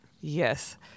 Yes